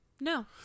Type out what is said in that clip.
No